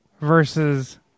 versus